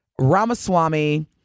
Ramaswamy